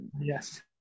Yes